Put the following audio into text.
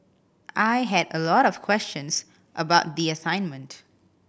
I had a lot of questions about the assignment